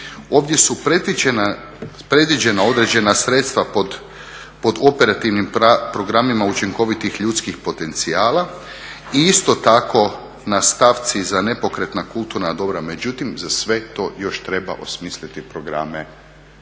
Ovdje su predviđena određena sredstva pod operativnim programima učinkovitih ljudskih potencijala i isto tako na stavci za nepokretna kulturna dobra. Međutim, za sve to još treba osmisliti programe